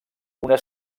una